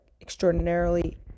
extraordinarily